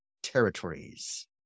territories